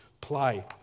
play